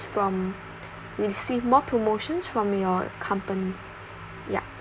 from receive more promotions from your company yup